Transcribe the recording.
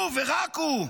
הוא ורק הוא,